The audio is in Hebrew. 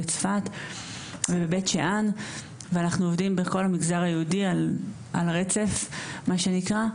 בצפת ובבית שאן ואנחנו עובדים בכל המגזר היהודי "על רצף" מה שנקרא.